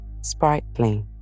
sprightly